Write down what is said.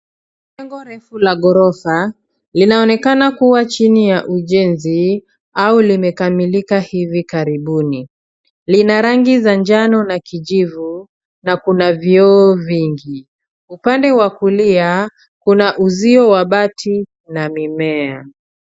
Jengo refu la ghorofa linaonekana kuwa chini ya ujenzi, au limekamilika hivi karibuni. Lina rangi za njano na kijivu, na kuna vioo vingi. Upande wa kulia, kuna uzio wa bati na mimea.